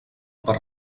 per